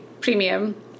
premium